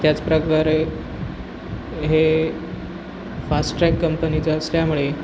त्याच प्रकारे हे फास्ट्रॅग कंपनीचं असल्यामुळे